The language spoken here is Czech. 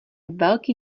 velký